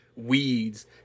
Weeds